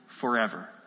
forever